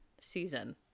season